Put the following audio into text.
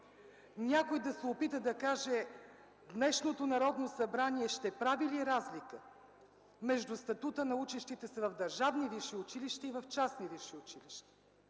някой да се опита да каже днешното Народно събрание ще прави ли разлика между статута на учещите се в държавни висши училища и в частни висши училища.